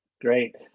Great